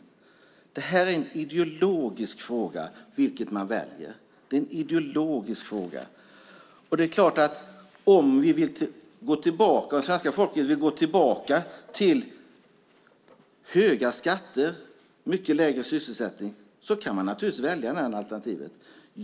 Vilket alternativ man väljer är en ideologisk fråga. Om svenska folket vill gå tillbaka till höga skatter och lägre sysselsättning kan man naturligtvis välja det alternativet.